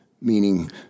meaning